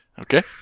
Okay